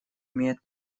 имеет